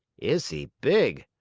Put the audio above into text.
is he big?